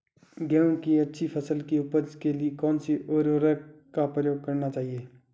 गेहूँ की अच्छी फसल की उपज के लिए कौनसी उर्वरक का प्रयोग करना चाहिए?